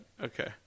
Okay